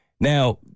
Now